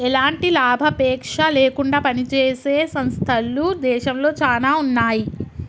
ఎలాంటి లాభాపేక్ష లేకుండా పనిజేసే సంస్థలు దేశంలో చానా ఉన్నాయి